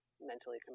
mentally